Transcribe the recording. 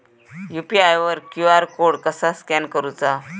UPI वर QR code कसा scan करूचा?